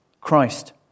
Christ